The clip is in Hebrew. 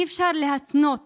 אי-אפשר להתנות